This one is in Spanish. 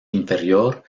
inferior